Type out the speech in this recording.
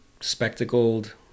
Spectacled